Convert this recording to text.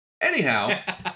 Anyhow